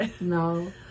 No